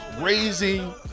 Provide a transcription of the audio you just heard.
raising